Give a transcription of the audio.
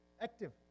active